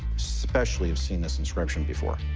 especially have seen this inscription before.